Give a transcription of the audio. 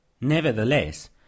Nevertheless